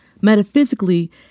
Metaphysically